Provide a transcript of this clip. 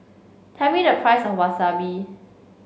tell me the price of Wasabi